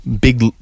Big